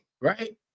Right